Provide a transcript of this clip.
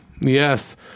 Yes